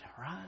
right